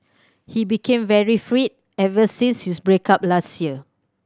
he became very free ever since his break up last year